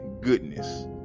goodness